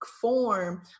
form